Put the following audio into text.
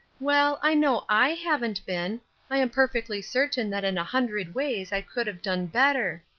well, i know i haven't been i am perfectly certain that in a hundred ways i could have done better.